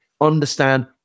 understand